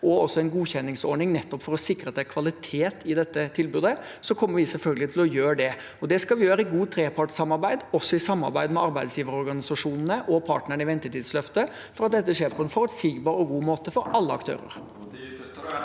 og en godkjenningsordning, nettopp for å sikre at det er kvalitet i dette tilbudet, kommer vi selvfølgelig til å gjøre det. Det skal vi gjøre i godt trepartssamarbeid, også i samarbeid med arbeidsgiverorganisasjonene og partnerne i Ventetidsløftet, for at dette skjer på en forutsigbar og god måte for alle aktører.